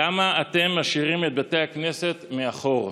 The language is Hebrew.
למה אתם משאירים את בתי הכנסת מאחור?